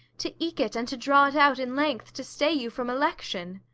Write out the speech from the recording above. to eke it, and to draw it out in length, to stay you from election.